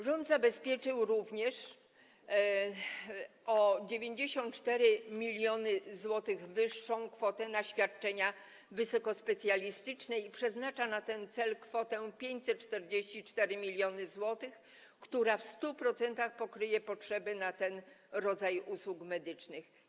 Rząd zabezpieczył również o 94 mln zł wyższą kwotę na świadczenia wysokospecjalistyczne i przeznacza na ten cel kwotę 544 mln zł, która w 100% pokryje zapotrzebowanie na ten rodzaj usług medycznych.